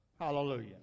Hallelujah